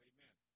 Amen